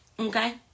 Okay